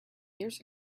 years